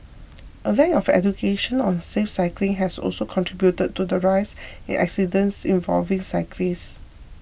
a lack of education on safe cycling has also contributed to the rise in accidents involving cyclists